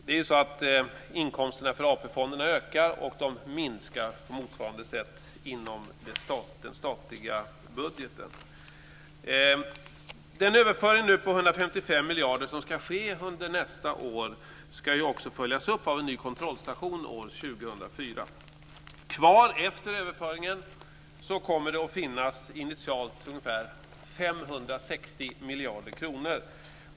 Det är ju så att inkomsterna för AP-fonderna ökar, och de minskar på motsvarande sätt inom den statliga budgeten. Den överföring på 155 miljarder som ska ske under nästa år ska också följas upp av en ny kontrollstation år 2004. Kvar efter överföringen kommer det initialt att finnas ungefär 560 miljarder kronor.